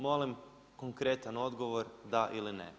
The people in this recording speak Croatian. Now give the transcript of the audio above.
Molim konkretan odgovor da ili ne.